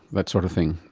that sort of thing.